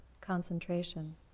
concentration